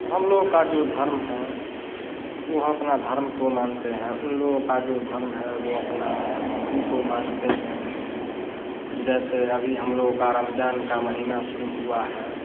तो हम लोगों का जो धर्म है उ हम अपना धर्म को मानते हैं उन लोगों का जो धर्म है वह अपना उनको मानते हैं जैसे अभी हम लोगों का रमज़ान का महीना शुरू हुआ है